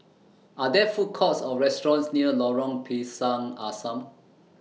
Are There Food Courts Or restaurants near Lorong Pisang Asam